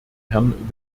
herrn